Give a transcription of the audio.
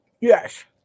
Yes